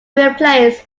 replaced